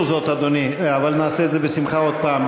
עשינו זאת, אדוני, אבל נעשה את זה בשמחה עוד פעם.